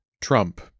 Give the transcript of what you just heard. Trump